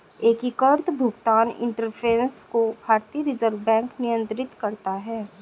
एकीकृत भुगतान इंटरफ़ेस को भारतीय रिजर्व बैंक नियंत्रित करता है